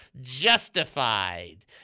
justified